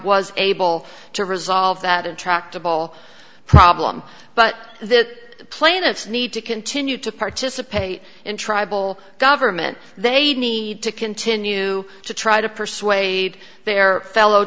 was able to resolve that intractable problem but that plaintiffs need to continue to participate in tribal government they need to continue to try to persuade their fellow